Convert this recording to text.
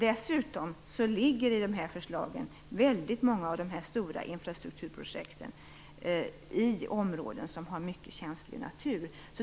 Dessutom ligger väldigt många av de stora infrastrukturprojekten i de här förslagen i områden som har mycket känslig natur.